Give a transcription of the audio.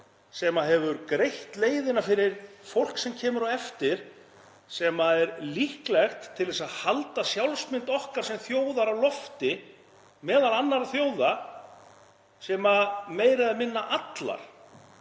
sem hefur greitt leiðina fyrir fólk sem kemur á eftir, sem er líklegt til að halda sjálfsmynd okkar sem þjóðar á lofti meðal annarra þjóða sem heiðra meira eða minna allar